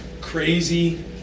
crazy